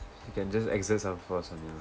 you can just exert some force on it